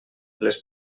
les